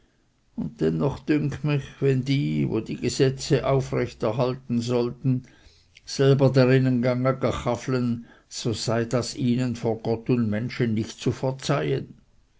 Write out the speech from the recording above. dünkt mich wenn die wo die gesetze aufrecht erhalten sollen selber darinnen gange ga chaflen so sei das ihnen vor gott und menschen nicht zu